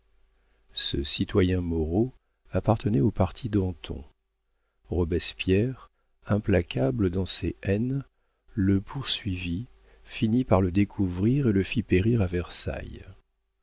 ce citoyen moreau appartenait au parti danton robespierre implacable dans ses haines le poursuivit finit par le découvrir et le fit périr à versailles